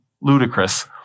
ludicrous